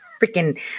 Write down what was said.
freaking